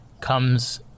comes